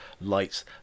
lights